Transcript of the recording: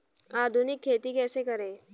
आधुनिक खेती कैसे करें?